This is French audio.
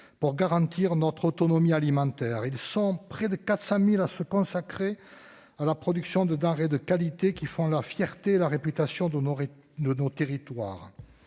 pour garantir notre autonomie alimentaire : ils sont près de 400 000 à se consacrer à la production de denrées de qualité qui font la fierté et la réputation de nos territoires.